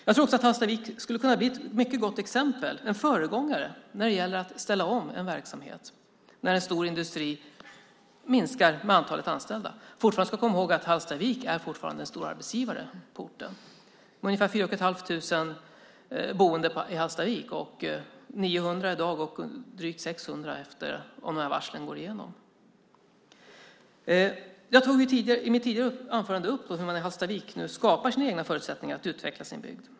Jag tror också att Hallstavik skulle kunna bli ett mycket gott exempel, en föregångare, när det gäller att ställa om verksamheten när en stor industri minskar antalet anställda. Vi ska komma ihåg att bruket fortfarande är en stor arbetsgivare på orten. Det finns ungefär 4 500 boende i Hallstavik. 900 personer jobbar i dag på bruket - drygt 600 om varslade nedläggningar blir verklighet. I ett tidigare inlägg har jag tagit upp hur man i Hallstavik nu skapar egna förutsättningar för att utveckla sin bygd.